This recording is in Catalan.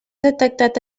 detectat